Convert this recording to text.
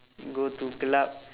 go to club